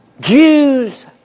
Jews